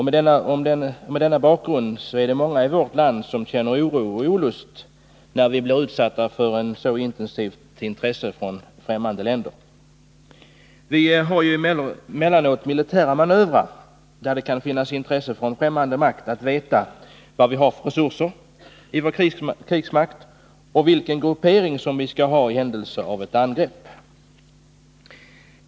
Mot denna bakgrund är det många i vårt land som känner både oro och olust när vi blir utsatta för ett sådant intensivt intresse från främmande länder. Det genomförs ju emellanåt militära manövrer, och vi känner till att det i samband med sådana kan finnas intresse från främmande makt att få veta vad vi har för resurser i vår krigsmakt och vilken gruppering som vi skall tillämpa i händelse av ett angrepp.